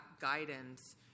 guidance